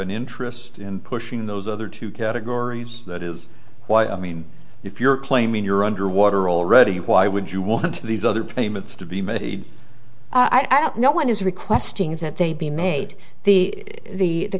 an interest in pushing those other two categories that is why i mean if you're claiming you're underwater already why would you want these other payments to be made i don't know when is requesting that they be made the the